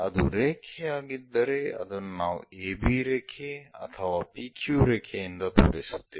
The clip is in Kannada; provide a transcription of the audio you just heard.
ಅದು ರೇಖೆಯಾಗಿದ್ದರೆ ಅದನ್ನು ನಾವು a b ರೇಖೆ ಅಥವಾ p q ರೇಖೆಯಿಂದ ತೋರಿಸುತ್ತೇವೆ